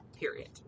period